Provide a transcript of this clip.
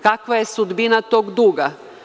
Kakva je sudbina tog duga?